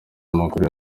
amakuru